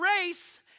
race